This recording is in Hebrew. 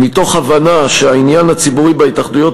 ומתוך הבנה שהעניין הציבורי בהתאחדויות